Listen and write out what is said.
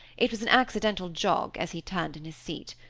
it was an accidental jog, as he turned in his seat.